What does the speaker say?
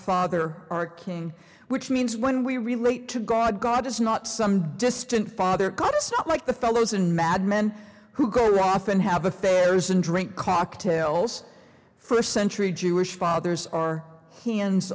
father our king which means when we relate to god god is not some distant father cut us out like the fellows in mad men who go off and have affairs and drink cocktails first century jewish fathers are hands